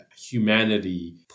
humanity